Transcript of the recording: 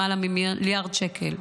למעלה מ-1 מיליארד שקל,